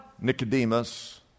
Nicodemus